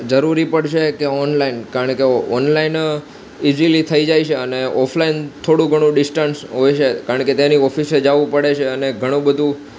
જરૂરી પડશે કે ઓનલાઈન કારણ કે ઓનલાઈન ઇઝીલી થઈ જાય છે અને ઓફલાઈન થોડું ઘણું ડિસ્ટન્સ હોય છે કારણ કે તેની ઓફિસે જવું પડે છે અને ઘણુંબધું